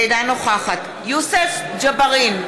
אינה נוכחת יוסף ג'בארין,